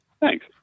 Thanks